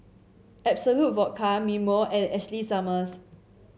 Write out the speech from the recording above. Absolut Vodka Mimeo and Ashley Summers